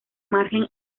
margen